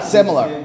Similar